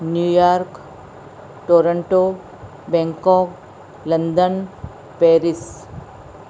New York Toronto Bangkok London Paris